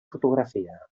fotografia